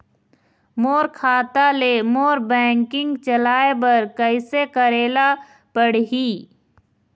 मोर खाता ले मोर बैंकिंग चलाए बर कइसे करेला पढ़ही?